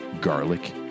garlic